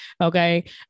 Okay